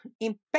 impact